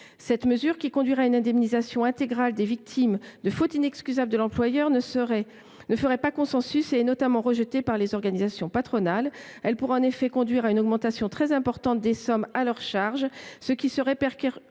Cette mesure, qui conduirait à une indemnisation intégrale des victimes d’une faute inexcusable de l’employeur, ne ferait pas consensus. Elle est notamment rejetée par les organisations patronales. Elle pourrait en effet conduire à une augmentation très importante des sommes à leur charge, ce qui entraînerait